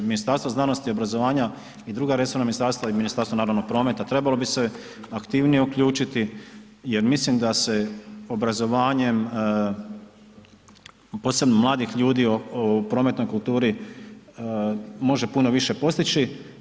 Ministarstvo znanosti i obrazovanja i druga resorna ministarstva i Ministarstvo naravno prometa, trebalo bi se aktivnije uključiti jer mislim da se obrazovanjem posebno mladih ljudi u prometnoj kulturi može puno više postići.